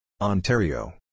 Ontario